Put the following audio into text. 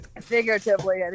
Figuratively